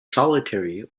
solitary